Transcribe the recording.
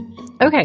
Okay